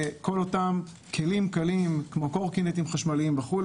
וכל אותם כלים קלים כמו קורקינטים חשמליים וכו',